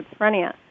schizophrenia